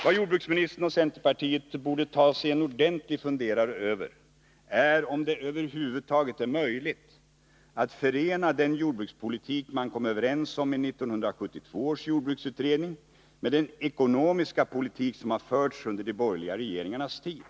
Vad jordbruksministern och centerpartiet borde ta sig en ordentlig funderare över är om det över huvud taget är möjligt att förena den jordbrukspolitik man kom överens om i 1972 års jordbruksutredning med den ekonomiska politik som har förts under de borgerliga regeringarnas tid.